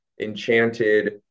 enchanted